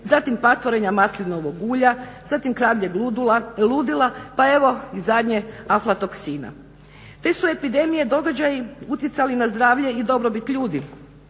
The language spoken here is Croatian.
zatim patvorenja maslinovog ulja, zatim kravljeg ludila, pa evo i zadnje aflatoksina. Te su epidemije, događaji utjecali na zdravlje i dobrobit ljudi